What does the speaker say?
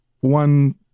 one